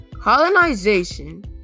Colonization